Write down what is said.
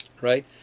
right